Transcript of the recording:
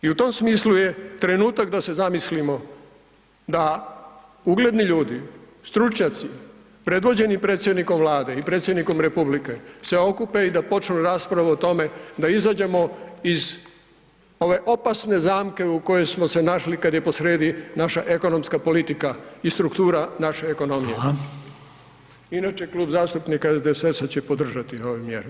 I u tom smislu je trenutak da se zamislimo da ugledni ljudi, stručnjaci predvođeni predsjednikom Vlade i predsjednikom RH se okupe i počnu raspravu o tome da izađemo iz ove opasne zamke u kojoj smo se našli kad je posrijedi naša ekonomska politika i struktura naše ekonomije [[Upadica: Hvala]] Inače Klub zastupnika SDSS-a će podržati ove mjere.